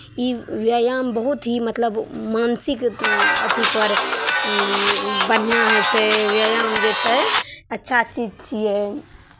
ई व्यायाम बहुत ही मतलब मानसिक अथीपर बढ़िआँ होइ छै व्यायाम जे छै अच्छा चीज छियै